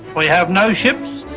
we have no ships,